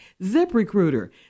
ZipRecruiter